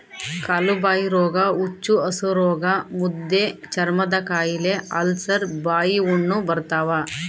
ಕಾಲುಬಾಯಿರೋಗ ಹುಚ್ಚುಹಸುರೋಗ ಮುದ್ದೆಚರ್ಮದಕಾಯಿಲೆ ಅಲ್ಸರ್ ಬಾಯಿಹುಣ್ಣು ಬರ್ತಾವ